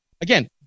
Again